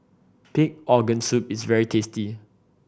pig organ soup is very tasty